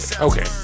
Okay